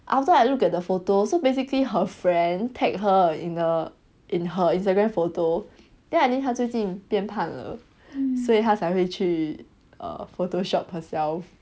after I look at her photos so basically her friend tag her in the in her instagram photo then I think 他最近变胖了所以他才会去 err photoshop herself